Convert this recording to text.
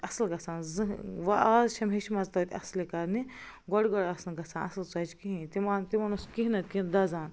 اصٕل گَژھان زٕہٲنۍ وۄنۍ آز چھیٚم ہیٛچھہِ مَژٕ توتہِ اصلہِ کَرنہِ گۄڈٕ گۄڈٕ آسہٕ نہٕ گَژھان اصٕل ژۄچہِ کِہیٖنۍ تِم مان تِمن اوس کیٚنٛہہ نَہ تہٕ کیٚنٛہہ دَزان